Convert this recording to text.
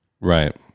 Right